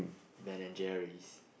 Ben-and-Jerry's